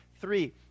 three